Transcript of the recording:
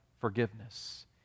forgiveness